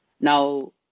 Now